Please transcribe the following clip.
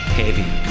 heavy